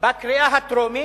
בקריאה הטרומית.